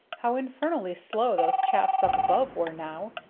how infernally slow those chaps up above were now,